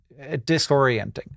disorienting